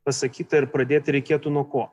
pasakyta ir pradėti reikėtų nuo ko